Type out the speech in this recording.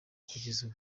kugeza